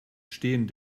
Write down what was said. stehen